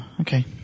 Okay